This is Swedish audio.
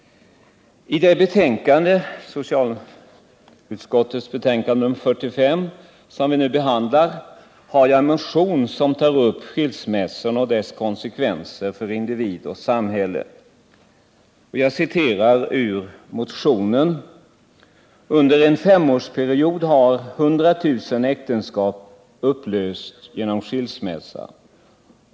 I socialutskottets betänkande nr 45, som vi nu diskuterar, behandlas en motion som har väckts av bl.a. mig. I motionen tas skilsmässorna och deras konsekvenser för individen och samhället upp. Jag citerar ur motionen: ”Under en femårsperiod har ca 100000 äktenskap upplösts genom skilsmässa.